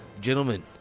gentlemen